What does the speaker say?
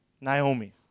Naomi